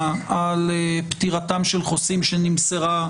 על פטירתם של חוסים שנמסרה,